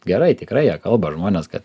gerai tikrai jie kalba žmonės kad